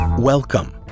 Welcome